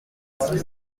rue